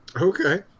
Okay